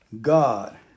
God